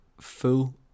full